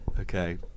Okay